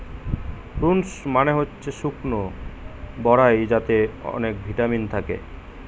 prunes মানে হচ্ছে শুকনো বরাই যাতে অনেক ভিটামিন থাকে